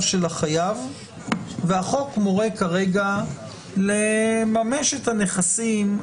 של החייב והחוק מורה כרגע לממש את הנכסים.